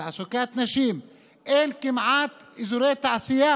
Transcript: תעסוקת נשים, אין כמעט אזורי תעשייה